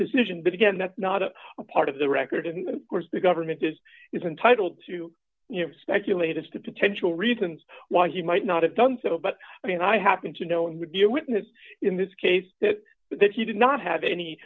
decision but again that's not a part of the record in the course the government is is entitled to speculate as to potential reasons why he might not have done so but i mean i happen to know him would be a witness in this case that he did not have any